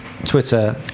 Twitter